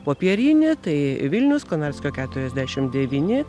popierinį tai vilnius konarskio keturiasdešimt devyni